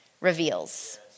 reveals